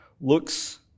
looks